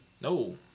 No